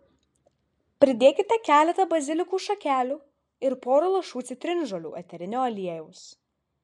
pridėkite keletą bazilikų šakelių ir pora lašų citrinžolių eterinio aliejaus